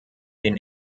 den